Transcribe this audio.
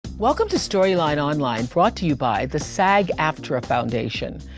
welcome to storyline online, brought to you by the sag-aftra foundation.